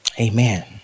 Amen